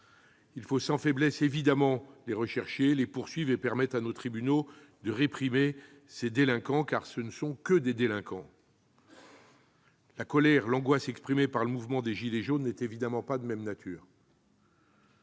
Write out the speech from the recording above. il faut sans faiblesse rechercher et poursuivre ces individus et permettre à nos tribunaux de réprimer ces délinquants, car ce ne sont que des délinquants. La colère et l'angoisse exprimées par le mouvement des « gilets jaunes » ne sont évidemment pas de même nature.